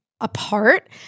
apart